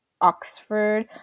Oxford